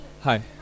Hi